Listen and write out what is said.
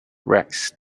rex